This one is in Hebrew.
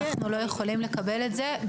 אנחנו לא יכולים לקבל את זה,